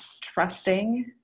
trusting